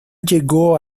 llegó